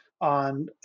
on